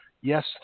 yes